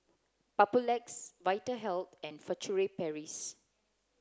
Papulex Vitahealth and Furtere Paris